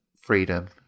freedom